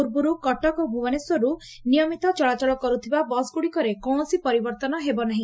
ପୂର୍ବରୁ କଟକ ଓ ଭୁବନେଶ୍ୱରରୁ ନିୟମିତ ଚଳାଚଳ କରୁଥିବା ବସ୍ଗୁଡ଼ିକରେ କୌଣସି ପରିବର୍ତ୍ତନ ହେବ ନାହି